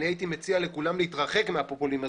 והייתי מציע לכולם להתרחק מהפופוליזם הזה,